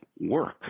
work